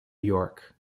york